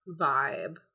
vibe